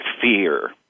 fear